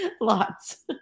Lots